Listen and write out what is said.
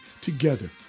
together